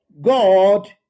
God